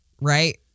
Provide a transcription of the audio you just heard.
right